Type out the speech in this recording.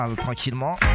Tranquillement